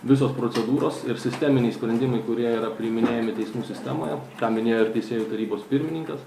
visos procedūros ir sisteminiai sprendimai kurie yra priiminėjami teismų sistemoje ką minėjo ir teisėjų tarybos pirmininkas